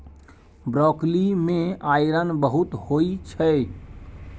broccoli मे iron बहुत होइ छै